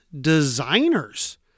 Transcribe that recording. designers